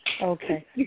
Okay